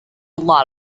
lot